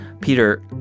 Peter